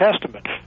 Testament